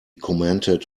commented